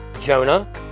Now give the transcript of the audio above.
Jonah